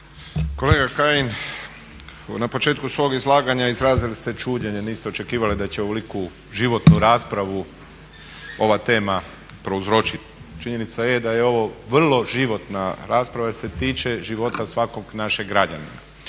Kolega Kajin, na početku svog izlaganja izrazili ste čuđenje, niste očekivali da će ovoliku životnu raspravu ova tema prouzročiti. Činjenica je da je ovo vrlo životna rasprava jer se tiče života svakog našeg građanina.